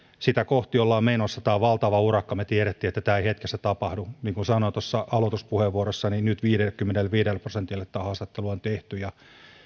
sitä kohti ollaan menossa tämä on valtava urakka me tiesimme että tämä ei hetkessä tapahdu niin kuin sanoin tuossa aloituspuheenvuorossani nyt viidellekymmenelleviidelle prosentille tämä haastattelu on tehty ja